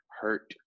hurt